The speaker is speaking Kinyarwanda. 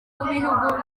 w’ibihugu